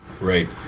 Right